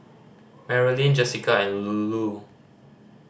Marilyn Jessika and Lulu